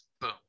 boom